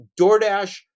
DoorDash